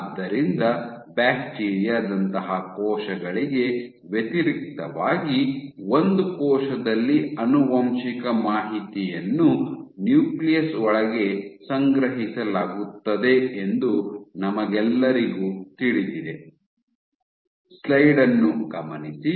ಆದ್ದರಿಂದ ಬ್ಯಾಕ್ಟೀರಿಯಾ ದಂತಹ ಕೋಶಗಳಿಗೆ ವ್ಯತಿರಿಕ್ತವಾಗಿ ಒಂದು ಕೋಶದಲ್ಲಿ ಆನುವಂಶಿಕ ಮಾಹಿತಿಯನ್ನು ನ್ಯೂಕ್ಲಿಯಸ್ ಒಳಗೆ ಸಂಗ್ರಹಿಸಲಾಗುತ್ತದೆ ಎಂದು ನಮಗೆಲ್ಲರಿಗೂ ತಿಳಿದಿದೆ